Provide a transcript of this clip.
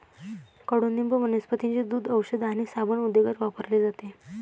कडुनिंब वनस्पतींचे दूध, औषध आणि साबण उद्योगात वापरले जाते